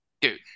Dude